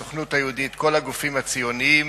הסוכנות היהודית וכל הגופים הציוניים,